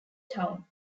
town